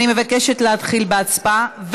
אני מבקשת להתחיל בהצבעה,